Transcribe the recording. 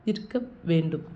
இருக்க வேண்டும்